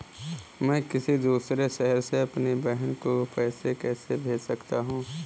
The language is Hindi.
मैं किसी दूसरे शहर से अपनी बहन को पैसे कैसे भेज सकता हूँ?